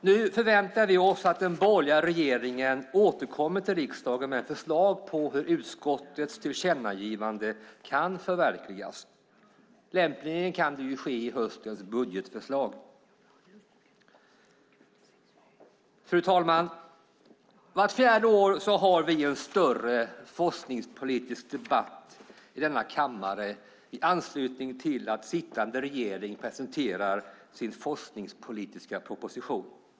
Nu förväntar vi oss att den borgerliga regeringen återkommer till riksdagen med förslag på hur utskottets tillkännagivande kan förverkligas. Lämpligen kan det ske i höstens budgetförslag. Fru talman! Vart fjärde år har vi en större forskningspolitisk diskussion i denna kammare i anslutning till att sittande regering presenterar sin forskningspolitiska proposition.